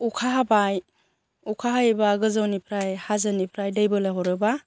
अखा हाबाय अखा हायोबा गोजौनिफ्राय हाजोनिफ्राय दै बलायहरोबा